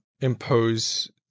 impose